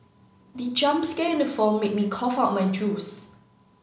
the jump scare in the film made me cough out my juice